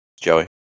Joey